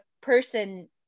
person